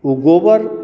ओ गोबर